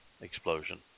explosion